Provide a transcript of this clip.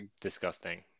disgusting